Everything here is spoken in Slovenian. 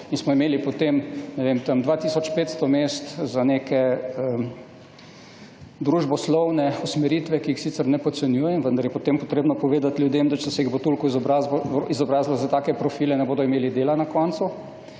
in smo imeli potem, ne vem, tam 2 tisoč 500 mest za neke družboslovne usmeritve, ki jih sicer ne podcenjujem, vendar je potem potrebno povedat ljudem, da če se jih bo toliko izobrazilo za take profile, ne bodo imeli dela na koncu.